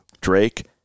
Drake